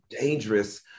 dangerous